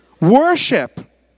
worship